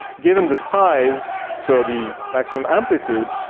given the size, so the maximum amplitude,